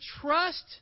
trust